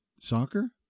Soccer